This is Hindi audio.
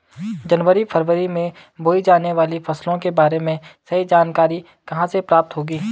जनवरी फरवरी में बोई जाने वाली फसलों के बारे में सही जानकारी कहाँ से प्राप्त होगी?